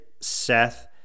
Seth